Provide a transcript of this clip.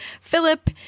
Philip